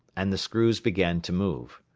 and the screws began to move.